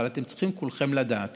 אבל אתם צריכים כולכם לדעת